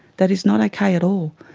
that is not okay at all.